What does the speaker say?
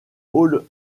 all